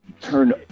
turn